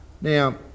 Now